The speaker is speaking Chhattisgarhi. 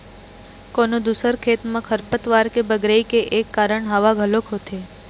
कोनो दूसर खेत म खरपतवार के बगरई के एक कारन हवा घलोक होथे